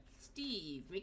Steve